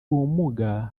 ubumuga